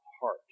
heart